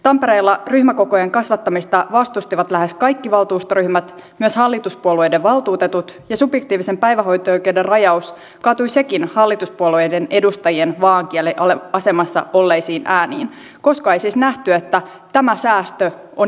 tampereella ryhmäkokojen kasvattamista vastustivat lähes kaikki valtuustoryhmät myös hallituspuolueiden valtuutetut ja subjektiivisen päivähoito oikeuden rajaus kaatui sekin hallituspuolueiden edustajien vaaankieliasemassa olleisiin ääniin koska ei siis nähty että tämä säästö on järkevä